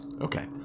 Okay